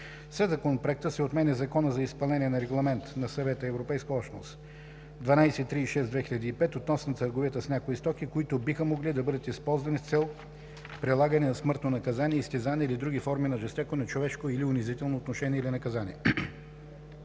Със Законопроекта се отменя Закона за изпълнение на Регламент на Съвета (ЕО) 1236/2005 относно търговията с някои стоки, които биха могли да бъдат използвани с цел прилагане на смъртно наказание, изтезания или други форми на жестоко, нечовешко или унизително отношение или наказание.